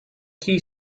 key